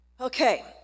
Okay